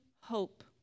hope